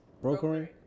Brokering